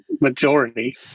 majority